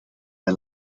wij